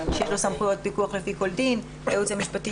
שיש לו סמכויות פיקוחו לפי כל דין אבל הייעוץ המשפטי